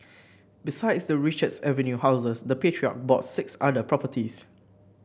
besides the Richards Avenue houses the patriarch bought six other properties